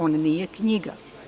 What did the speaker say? On nije knjiga.